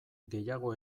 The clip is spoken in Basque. gehiago